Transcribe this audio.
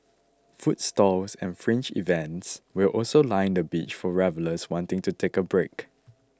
food stalls and fringe events will also line the beach for revellers wanting to take a break